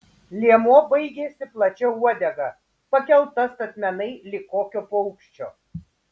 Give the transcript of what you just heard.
liemuo baigėsi plačia uodega pakelta statmenai lyg kokio paukščio